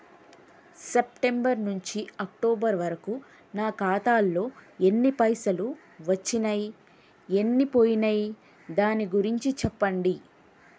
September నుంచి October వరకు నా ఖాతాలో ఎన్ని పైసలు వచ్చినయ్ ఎన్ని పోయినయ్ దాని గురించి చెప్పండి?